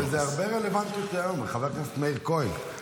יש הרבה רלוונטיות להיום, חבר הכנסת מאיר כהן.